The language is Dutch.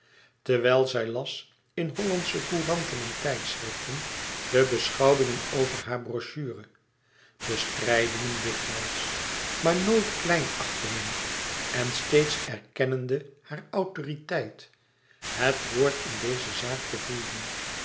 terwijl zij las in hollandsche couranten en tijdschriften de beschouwingen over hare brochure bestrijdingen dikwijls maar nooit kleinachtingen en steeds erkennende hare autoriteit het woord in deze zaak te voeren